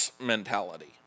mentality